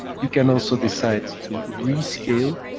you can also decide to rescale